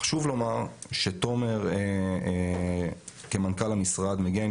חשוב לומר שתומר כמנכ"ל המשרד מגיע עם